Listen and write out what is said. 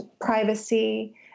privacy